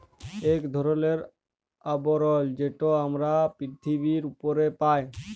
ইক ধরলের আবরল যেট আমরা পিরথিবীর উপরে পায়